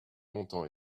longtemps